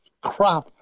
crap